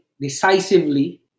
decisively